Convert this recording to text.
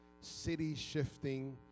city-shifting